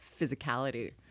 physicality